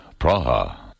Praha